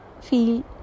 feel